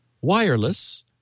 wireless